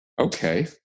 okay